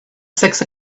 six